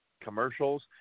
commercials